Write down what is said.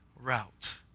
route